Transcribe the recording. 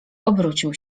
obrócił